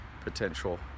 potential